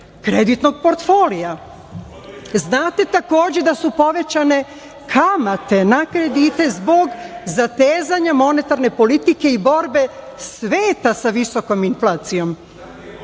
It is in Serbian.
kreditnog portfolija. Znate takođe da su povećane kamate na kredite zbog zatezanja monetarne politike i borbe sveta sa visokom inflacijom.